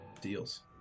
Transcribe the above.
...deals